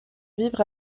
vivre